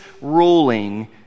ruling